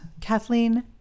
Kathleen